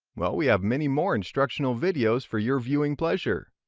well we have many more instructional videos for your viewing pleasure.